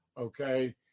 Okay